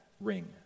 ring